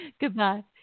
Goodbye